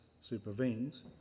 supervenes